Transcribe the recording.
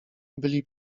byli